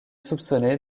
soupçonné